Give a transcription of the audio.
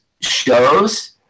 shows